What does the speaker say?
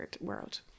world